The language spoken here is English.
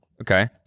okay